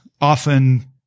often